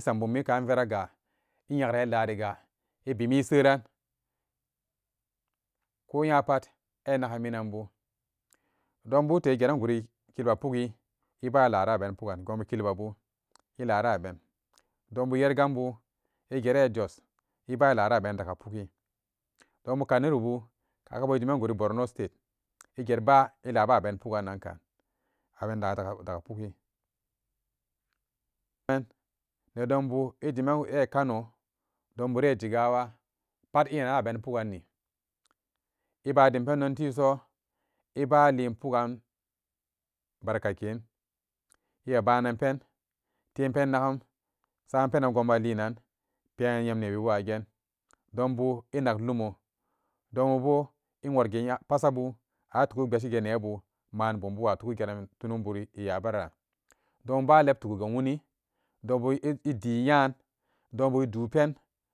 sambummi kaferacga ilariga miseran koh nya pat innanamincabu domburte igeran gori tiga pugi ibalara bene pukgan gubu kilbabu ilaran be dom bu lanranbu igran dakka pukgi dombu kanuribu gubu karcan guri borno state iget ba ilarabe pulagan anka ne dombu ijime kano dombu re jigawa pat inyenanbe pukgani ibadem pendon teso ibaden pugan barkaken nabananpen kenpanagan gunbu alinan pennoemnebu wagen dembu ina e lumo atugu kpashi neibu dombu ba teget wuni dombu ide nyan dombu idupen.